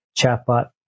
chatbot